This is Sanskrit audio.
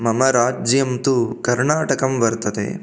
मम राज्यं तु कर्णाटकं वर्तते